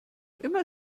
immer